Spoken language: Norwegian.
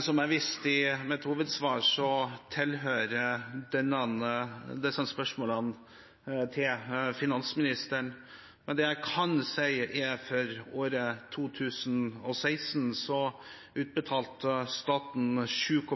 Som jeg viste til i mitt hovedsvar, hører disse spørsmålene til finansministeren. Men det jeg kan si, er at for året 2016 utbetalte staten 7,7